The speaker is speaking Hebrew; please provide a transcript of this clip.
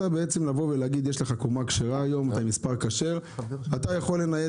להגיד יש לך קומה כשרה ומספר כשר אתה יכול לנייד